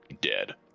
Dead